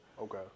Okay